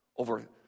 Over